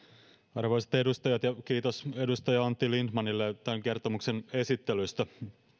arvoisat edustajat kiitos edustaja antti lindtmanille tämän kertomuksen esittelystä